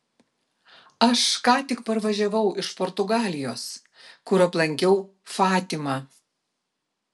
aš ką tik parvažiavau iš portugalijos kur aplankiau fatimą